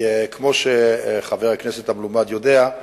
כמו שחבר הכנסת המלומד יודע,